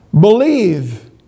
Believe